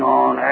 on